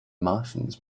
martians